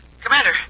Commander